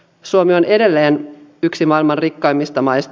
suomi on edelleen yksi maailman rikkaimmista maista